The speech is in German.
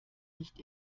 nicht